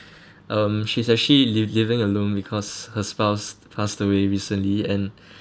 um she's actually liv~ living alone because her spouse passed away recently and her kids